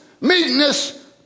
meekness